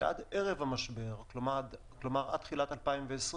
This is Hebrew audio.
שעד ערב המשבר, כלומר עד תחילת 2020,